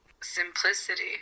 simplicity